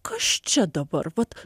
kas čia dabar vat